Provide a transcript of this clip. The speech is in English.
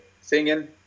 singing